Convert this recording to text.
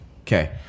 Okay